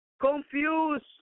Confused